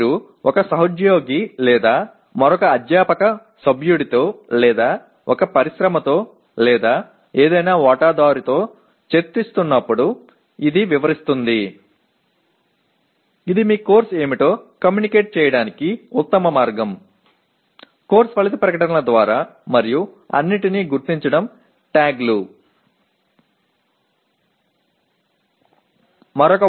நீங்கள் ஒரு சகா அல்லது மற்றொரு ஆசிரிய உறுப்பினருடன் அல்லது ஒரு தொழில் அல்லது எந்தவொரு பங்குதாரருடனும் கலந்துரையாடும்போது விளைவு அறிக்கைகள் மூலமாகவும் எல்லா குறிச்சொற்களிலும் அனைத்தையும் அடையாளம் காணவும் இது உங்கள் பாடநெறி என்ன என்பதைத் தொடர்புகொள்வதற்கான சிறந்த வழியாகவும் இது விளங்குகிறது